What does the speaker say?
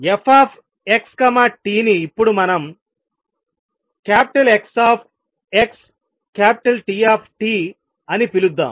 f xt ని ఇప్పుడు మనం X T అని పిలుద్దాం